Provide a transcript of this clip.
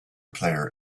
player